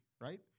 right